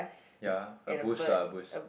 ya a bush lah a bush